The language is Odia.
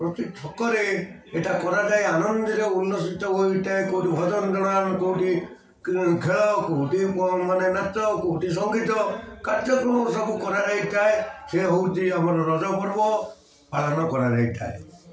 ପ୍ରତି ଛକରେ ଏଇଟା କରାଯାଏ ଆନନ୍ଦରେ ଉଲ୍ଲଷିତ ହୋଇଥାଏ କେଉଁଠି ଭଜନ ଜଣା କେଉଁଠି ଖେଳ କେଉଁଠି ମାନେ ନାଚ କେଉଁଠି ସଙ୍ଗୀତ କାର୍ଯ୍ୟକ୍ରମ ସବୁ କରାଯାଇଥାଏ ସେ ହଉଛି ଆମର ରଜପର୍ବ ପାଳନ କରାଯାଇଥାଏ